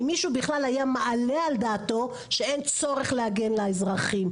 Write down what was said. אם מישהו בכלל היה מעלה על דעתו שאין צורך בכלל להגן על האזרחים.